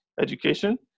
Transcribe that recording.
Education